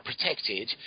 protected